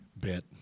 Bit